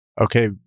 Okay